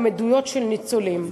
גם עדויות של ניצולים.